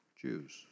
Jews